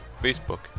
facebook